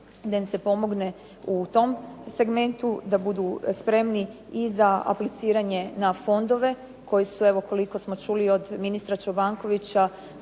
da im se pomogne u tom segmentu da budu spremni i za apliciranje na fondove koji su evo koliko smo čuli od ministra Čobankovića